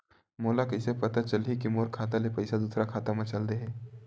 मोला कइसे पता चलही कि मोर खाता ले पईसा दूसरा खाता मा चल देहे?